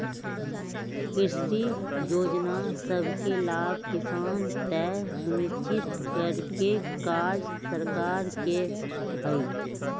कृषि जोजना सभके लाभ किसान तक सुनिश्चित करेके काज सरकार के हइ